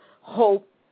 hope